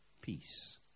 peace